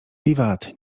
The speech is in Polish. wiwat